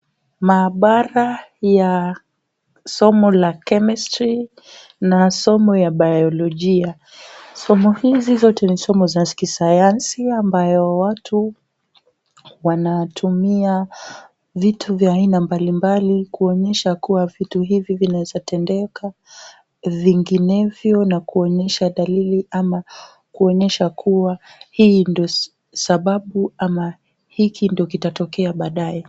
Maabara ya somo la Chemistry na somo ya Biolojia. Somo hizi zote ni somo za kisayansi ambayo watu wanatumia vitu vya aina mbalimbali kuonyesha kuwa vitu hivi vinaweza tendeka vinginevyo na kuonyesha dalili ama kuonyesha kuwa hii ndio sababu ama hiki ndio kitatokea badae.